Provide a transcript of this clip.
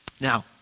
Now